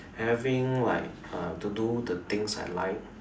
having like uh to do the things I like